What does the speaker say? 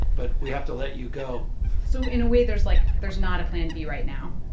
but we have to let you go so in a way, there's like there's not a plan b right now.